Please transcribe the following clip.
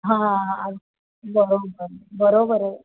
हां बरोबर बरोबर आहे